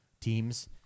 teams